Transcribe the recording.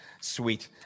Sweet